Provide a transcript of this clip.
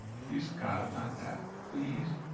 please, god, not that. please,